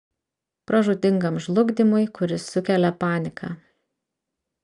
pražūtingam žlugdymui kuris sukelia panika